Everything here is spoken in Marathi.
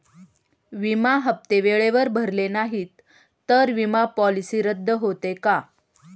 विमा हप्ते वेळेवर भरले नाहीत, तर विमा पॉलिसी रद्द होते का?